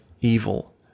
evil